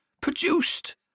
produced